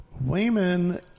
Wayman